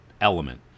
element